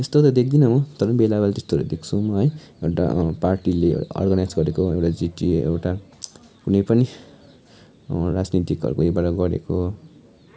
त्यस्तो त देख्दिनँ म तर पनि बेला बेला त्यस्तोहरू देख्छौँ है एउटा पार्टिले अर्गनाइज गरेको एउटा जिटिए एउटा कुनै पनि राजनैतिकहरूको उयोबाट गरेको